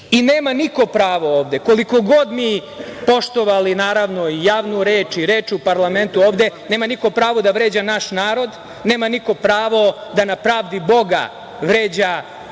niko pravo ovde, koliko god mi poštovali, naravno, i javnu reč i reč u parlamentu ovde, da vređa naš narod. Nema niko pravo da na pravdi Boga vređa